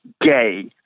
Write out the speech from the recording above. gay